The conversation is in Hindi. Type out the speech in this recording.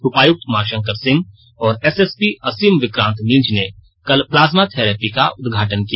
उपायक्त उमा शंकर सिंह और एसएसपी असीम विक्रांत मिंज ने कल प्लाज्मा थैरेपी का उद्घाटन किया